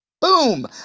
boom